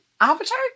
Avatar